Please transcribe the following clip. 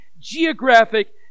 geographic